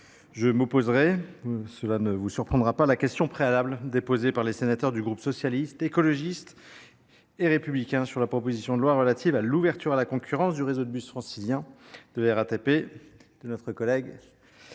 motion tendant à opposer la question préalable déposée par les sénateurs du groupe Socialiste, Écologiste et Républicain sur la proposition de loi relative à l’ouverture à la concurrence du réseau de bus francilien de la RATP de notre collègue